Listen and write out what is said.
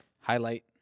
highlight